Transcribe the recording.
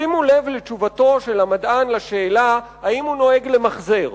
שימו לב לתשובתו של המדען על השאלה אם הוא נוהג למחזר.